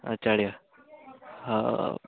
ହଁ ଚଳିବ ହଉ ଆଉ